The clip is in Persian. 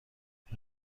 این